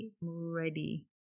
ready